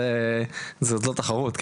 זאת לא תחרות,